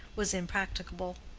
was impracticable.